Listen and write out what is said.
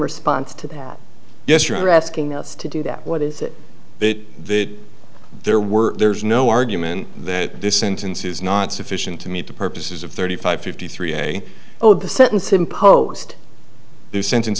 response to that yes you're asking us to do that what is it that there were there's no argument that this sentence is not sufficient to meet the purposes of thirty five fifty three day oh the sentence imposed this sentence